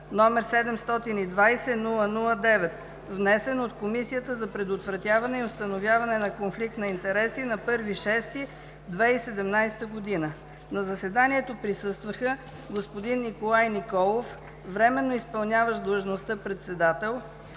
г., № 720-00-9, внесен от Комисията за предотвратяване и установяване на конфликт на интереси на 1 юни 2017 г. На заседанието присъстваха: господин Николай Николов – временно изпълняващ длъжността председател,